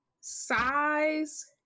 Size